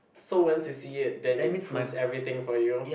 so once you sees it then it proves everything for you